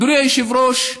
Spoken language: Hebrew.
אדוני היושב-ראש,